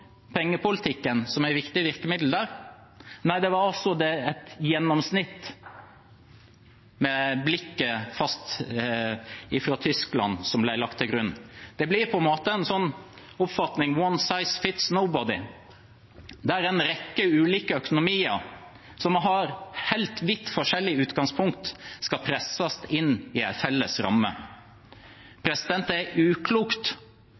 pengepolitikken som et viktig virkemiddel der. Nei, det var altså et gjennomsnitt, med blikket fra Tyskland, som ble lagt til grunn. Det blir på en måte en oppfatning om at «one size fits nobody», der en rekke ulike økonomier, som har vidt forskjellig utgangspunkt, skal presses inn i en felles ramme. Det er uklokt.